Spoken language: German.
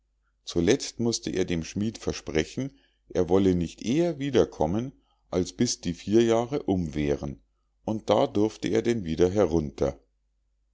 zuletzt mußte er dem schmied versprechen er wolle nicht eher wiederkommen als bis die vier jahre um wären und da durfte er denn wieder herunter